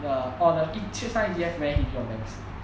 ya on the went very easy on banks